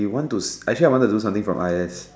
want to actually I wanted to do something from I_S